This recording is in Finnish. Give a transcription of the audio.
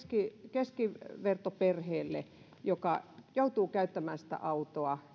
keskivertoperheelle joka joutuu käyttämään autoa